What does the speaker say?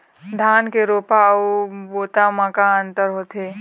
धन के रोपा अऊ बोता म का अंतर होथे?